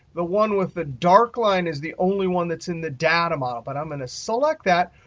the one with the dark line is the only one that's in the data model. but i'm going to select that.